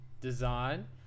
design